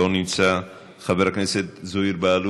לא נמצא, חבר הכנסת זוהיר בהלול,